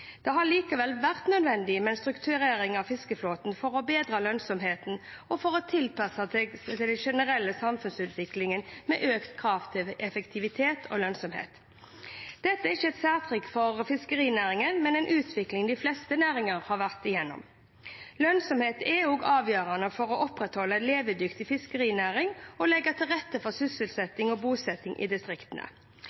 Det har likevel vært nødvendig med en strukturering av fiskeflåten for å bedre lønnsomheten og for å tilpasse til den generelle samfunnsutviklingen, med økte krav til effektivitet og lønnsomhet. Dette er ikke et særtrekk for fiskerinæringen, men en utvikling de fleste næringer har vært gjennom. Lønnsomhet er også avgjørende for å opprettholde en levedyktig fiskerinæring og legge til rette for